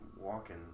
walking